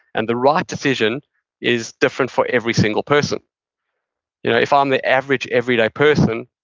and the right decision is different for every single person you know if ah i'm the average, everyday person,